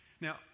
Now